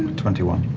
twenty one.